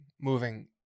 moving